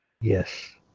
Yes